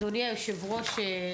אדוני יושב הראש,